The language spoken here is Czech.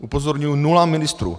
Upozorňuji nula ministrů.